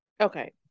Okay